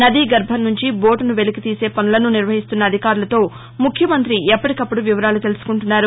నదీగర్భం నుంచి లాంచీని వెలికితీసే పనులను నిర్వహిస్తున్న అధికారులతో ముఖ్యమంతి ఎప్పటికప్పుడు వివరాలు తెలుసుకుంటున్నారు